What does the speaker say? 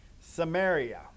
Samaria